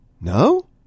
No